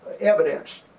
evidence